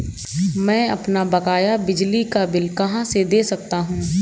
मैं अपना बकाया बिजली का बिल कहाँ से देख सकता हूँ?